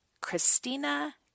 Christina